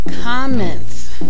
comments